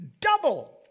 Double